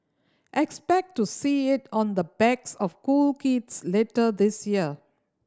expect to see it on the backs of cool kids later this year